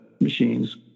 machines